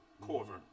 Corver